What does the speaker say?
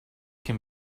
can